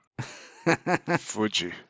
Fuji